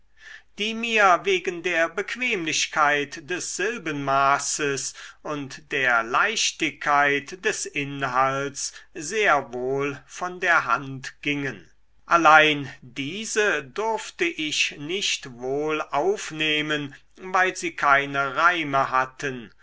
die mir wegen der bequemlichkeit des silbenmaßes und der leichtigkeit des inhalts sehr wohl von der hand gingen allein diese durfte ich nicht wohl aufnehmen weil sie keine reime hatten